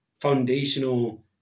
foundational